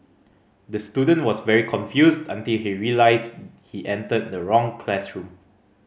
the student was very confused until he realised he entered the wrong classroom